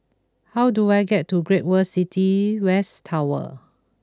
how do I get to Great World City West Tower